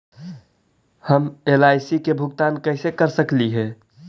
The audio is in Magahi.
हम एल.आई.सी के भुगतान कैसे कर सकली हे?